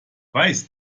weiß